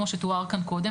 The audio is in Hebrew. כמו שתואר כאן קודם.